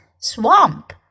Swamp